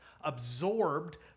absorbed